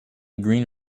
green